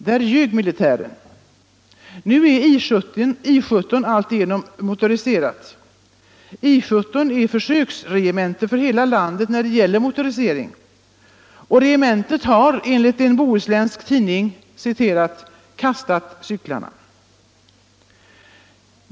Där ljög militären. Nu är I 17 alltigenom motoriserat. I 17 är försöksregemente för hela landet när det gäller motorisering. Regementet har enligt en bohuslänsk tidning ”kastat cyklarna”.